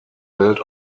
welt